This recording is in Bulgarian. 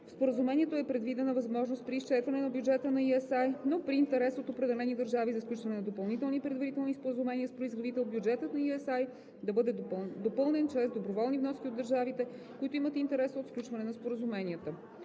Споразумението е предвидена възможност при изчерпване на бюджета на ESI, но при интерес от определени държави за сключване на допълнителни предварителни споразумения с производител, бюджетът на ESI да бъде допълнен чрез доброволни вноски от държавите, които имат интерес от сключване на споразуменията.